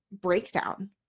breakdown